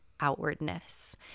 outwardness